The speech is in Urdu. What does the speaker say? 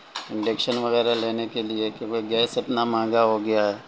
انڈکشن وغیرہ لینے کے لیے کہ بھائی گیس اتنا مہنگا ہو گیا ہے